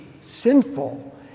sinful